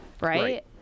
right